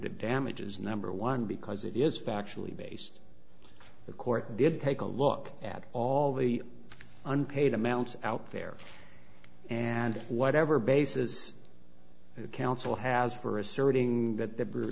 damages number one because it is factually based the court did take a look at all the unpaid amounts out there and whatever bases counsel has for asserting th